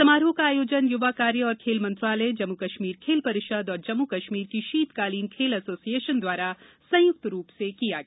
समारोह का आयोजन य्वा कार्य और खेल मंत्रालय जम्मू कश्मीर खेल परिषद और जम्मू कश्मीर की शीतकालीन खेल एसोसिएशन द्वारा संयुक्त रूप से किया गया